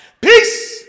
Peace